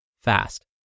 fast